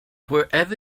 wherever